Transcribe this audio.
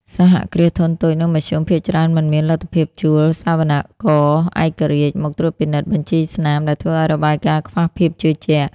សហគ្រាសធុនតូច និងមធ្យម ភាគច្រើនមិនមានលទ្ធភាពជួល "សវនករឯករាជ្យ" មកត្រួតពិនិត្យបញ្ជីស្នាម ដែលធ្វើឱ្យរបាយការណ៍ខ្វះភាពជឿជាក់។